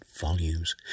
volumes